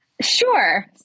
Sure